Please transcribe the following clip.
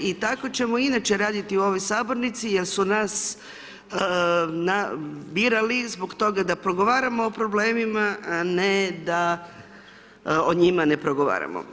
I tako ćemo i inače raditi u ovoj sabornici jer su nas birali zbog toga da progovaramo o problemima a ne da o njima ne progovaramo.